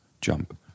jump